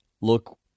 look